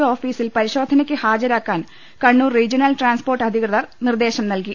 O ഓഫീസിൽ പരിശോധനയ്ക്ക് ഹാജരാക്കാൻ കണ്ണൂർ റീജ്യണൽ ട്രാൻസ്പോർട്ട് അധികൃതർ നിർദ്ദേശം നൽകി